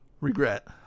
Regret